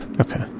okay